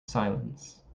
silence